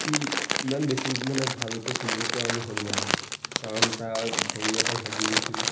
সি ইমান বেছি মানে ভালকে খেলিব পৰা নহ'ল মানে কাৰণ তাৰ ভৰি এটা ভাগি গৈছিল